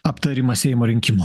aptarimą seimo rinkimų